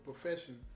profession